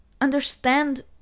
understand